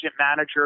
manager